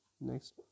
next